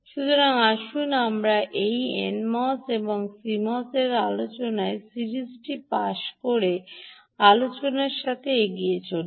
সুতরাং আসুন আমরা এই এনএমওএস এবং সিএমওএস আলোচনার সিরিজটি পাশ করে আলোচনার সাথে এগিয়ে চলি